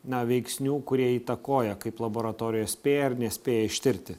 na veiksnių kurie įtakoja kaip laboratorija spėja ar nespėja ištirti